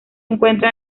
encuentra